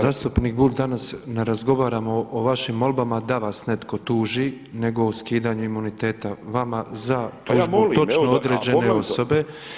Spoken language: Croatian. Zastupnik Bulj, danas ne razgovaramo o vašim molbama da vas netko tuži nego o skidanju imuniteta vama za tužbu točno određene osobe.